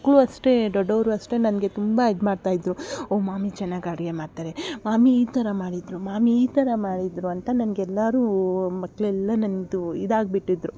ಮಕ್ಕಳು ಅಷ್ಟೆ ದೊಡ್ಡೋರು ಅಷ್ಟೆ ನನಗೆ ತುಂಬ ಇದು ಮಾಡ್ತಾ ಇದ್ದರು ಓ ಮಾಮಿ ಚೆನ್ನಾಗಿ ಅಡಿಗೆ ಮಾಡ್ತಾರೆ ಮಾಮಿ ಈ ಥರ ಮಾಡಿದರು ಮಾಮಿ ಈ ಥರ ಮಾಡಿದರು ಅಂತ ನನಗೆಲ್ಲರೂ ಮಕ್ಕಳೆಲ್ಲ ನನ್ನದು ಇದಾಗ್ಬಿಟ್ಟಿದ್ರು